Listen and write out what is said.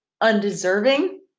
undeserving